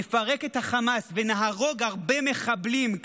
נפרק את החמאס ונהרוג הרבה מחבלים,